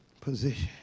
Position